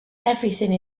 everything